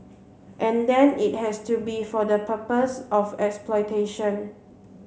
and then it has to be for the purpose of exploitation